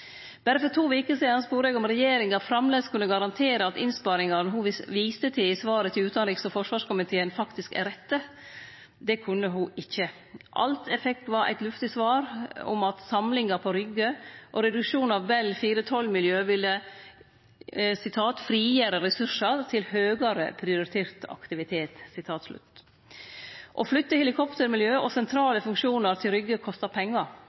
Berre for to veker sidan spurde eg om regjeringa framleis kunne garantere at innsparingane ho viste til i svaret til utanriks- og forsvarskomiteen, faktisk er rette. Det kunne ho ikkje. Alt eg fekk, var eit luftig svar om at samlinga på Rygge og reduksjonen av Bell 412-miljøet ville «frigjere ressursar til høgare prioritert aktivitet». Å flytte helikoptermiljøet og sentrale funksjonar til Rygge kostar pengar.